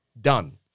done